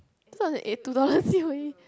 two thousand eight two thousand C_O_E